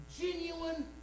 genuine